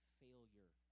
failure